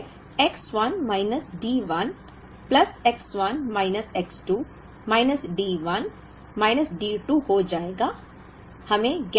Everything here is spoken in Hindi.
तो यह X 1 minus D 1 plus X 1 minus X 2 minus D 1 minus D 2 हो जाएगा